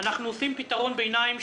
"אנחנו עושים פתרון ביניים,